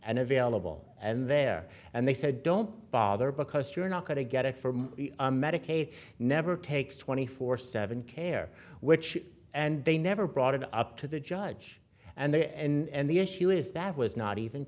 and available and there and they said don't bother because you're not going to get it from the medicaid never takes twenty four seven care which and they never brought it up to the judge and the and the issue is that was not even